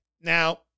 now